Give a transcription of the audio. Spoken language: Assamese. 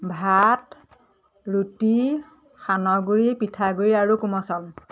ভাত ৰুটি সানগুৰি পিঠাগুড়ি আৰু কোমল চাউল